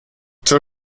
zur